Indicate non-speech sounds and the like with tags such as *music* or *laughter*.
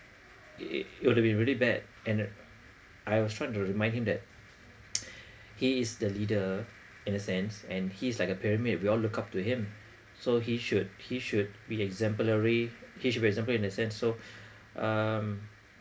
it it will be really bad and I was tried to remind him that *noise* he is the leader in a sense and he's like a pyramid we all look up to him so he should he should be exemplary he should be exemplary in a sense so um